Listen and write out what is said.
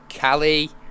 Callie